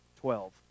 Twelve